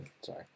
Sorry